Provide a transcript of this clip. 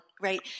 right